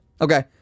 Okay